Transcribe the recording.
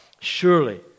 surely